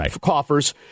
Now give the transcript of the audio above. coffers